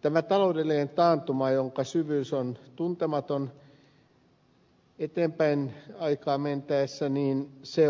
tämä taloudellinen taantuma jonka syvyys on tuntematon eteenpäin aikaa mentäessä